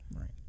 right